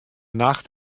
nacht